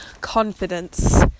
confidence